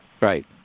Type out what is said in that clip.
Right